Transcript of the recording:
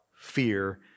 fear